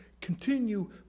continue